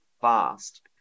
fast